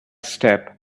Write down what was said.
step